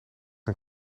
een